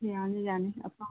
ꯌꯥꯅꯤ ꯌꯥꯅꯤ ꯑꯄꯥꯝꯕ